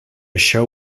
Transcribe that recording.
show